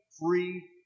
free